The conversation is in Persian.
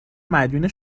مدیون